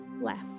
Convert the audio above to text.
left